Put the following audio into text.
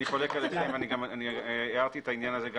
אני חולק עליך ואני הערתי בעניין הזה גם